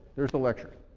there's the lecture,